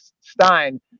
stein